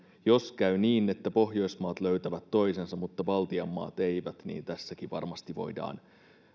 jos käy niin että pohjoismaat löytävät toisensa mutta baltian maat eivät niin tässäkin varmasti voidaan